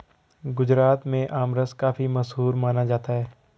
गुजरात में आमरस काफी मशहूर माना जाता है